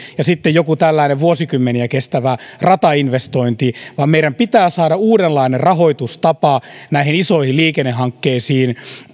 ja sitten joku tällainen vuosikymmeniä kestävä ratainvestointi vaan meidän pitää saada uudenlainen rahoitustapa näihin isoihin liikennehankkeisiin